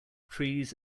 trees